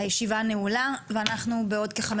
ההפרדה שיש בין התלמידים, עם התו הירוק?